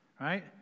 right